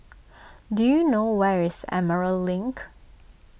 do you know where is Emerald Link